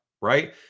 right